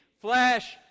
flesh